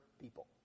people